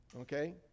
Okay